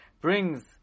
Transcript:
brings